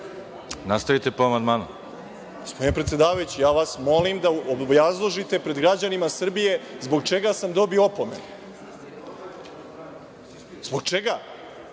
**Boško Obradović** Gospodine predsedavajući, ja vas molim da obrazložite pred građanima Srbije zbog čega sam dobio opomenu. Zbog čega?